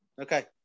Okay